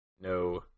no